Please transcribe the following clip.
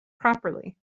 properly